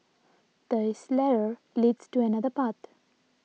this ladder leads to another path